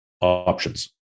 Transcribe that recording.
options